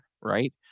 right